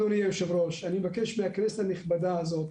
אדוני היושב-ראש, אני מבקש מהכנסת הנכבדה הזאת,